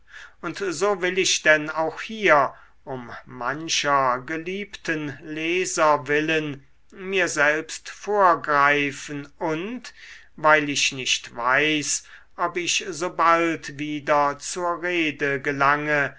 und so will ich denn auch hier um mancher geliebten leser willen mir selbst vorgreifen und weil ich nicht weiß ob ich sobald wieder zur rede gelange